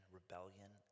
rebellion